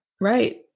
Right